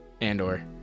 andor